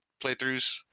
playthroughs